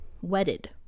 wedded